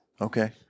Okay